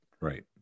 right